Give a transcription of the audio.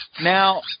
Now